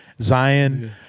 Zion